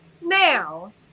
Now